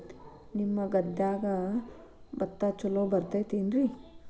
ನಿಮ್ಮ ಗದ್ಯಾಗ ಭತ್ತ ಛಲೋ ಬರ್ತೇತೇನ್ರಿ?